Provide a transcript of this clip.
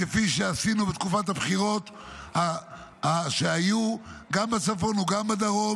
כפי שעשינו בתקופת הבחירות שהיו גם בצפון וגם בדרום